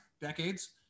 decades